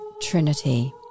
Trinity